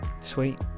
sweet